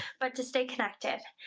but to stay connected.